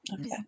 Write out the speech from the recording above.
Okay